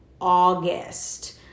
August